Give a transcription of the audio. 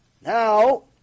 Now